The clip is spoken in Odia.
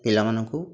ପିଲାମାନଙ୍କୁ